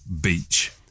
beach